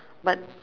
but